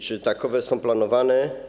Czy takowe są planowane?